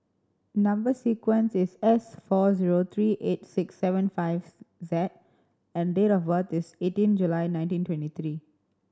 number sequence is S four zero three eight six seven five Z and date of birth is eighteen July nineteen twenty three